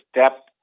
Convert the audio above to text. step